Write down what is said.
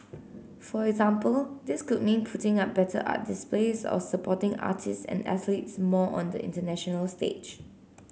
for example this could mean putting up better art displays or supporting artists and athletes more on the international stage